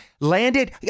landed